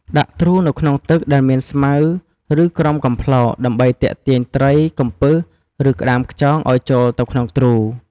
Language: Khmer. ដាក់ទ្រូនៅក្នុងទឹកដែលមានស្មៅ ឬក្រោមកំប្លោក ដើម្បីទាក់ទាញត្រី កំពឹស ឬក្ដាមខ្យងឲ្យចូលទៅក្នុងទ្រូ។